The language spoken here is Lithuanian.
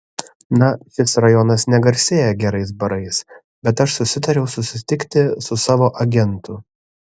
na šis rajonas negarsėja gerais barais bet aš susitariau susitikti su savo agentu